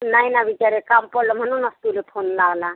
नाही ना बिचारे काम पडलं म्हणून आज तुला फोन लावला